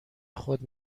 خود